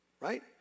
right